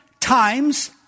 Times